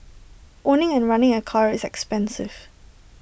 owning and running A car is expensive